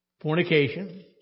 fornication